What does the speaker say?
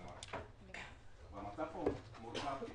המצב הוא מורכב כי